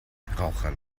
rauchern